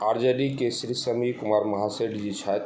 आर J D के श्री समी कुमार महासेठ जी छथि